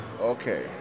Okay